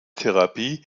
therapie